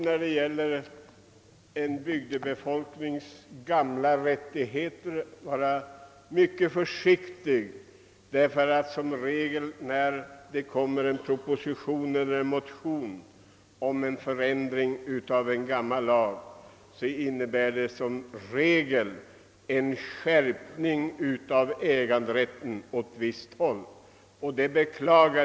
När det gäller en bygdebefolknings gamla rättigheter får man alltid vara mycket försiktig. När det i en proposition eller en motion föreslås en förändring i en gammal lag, innebär det som regel en skärpning av äganderätten åt visst håll.